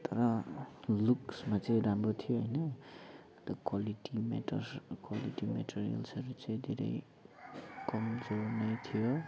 तर लुक्समा चाहिँ राम्रो थियो होइन अन्त क्वालिटी मेटर क्वालिटी मेटेरियल्सहरू चाहिँ धेरै कमजोर नै थियो